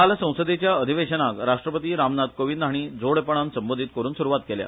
काल संसदेच्या अधिवेशनाक राष्ट्परती रामनाथ कोविंद हाणी जोडपणान संबोधित करून सुरूवात केल्या